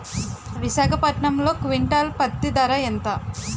విశాఖపట్నంలో క్వింటాల్ పత్తి ధర ఎంత?